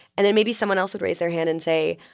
and then maybe someone else would raise their hand and say,